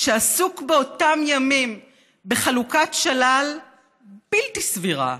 שעסוק באותם ימים בחלוקת שלל בלתי סבירה,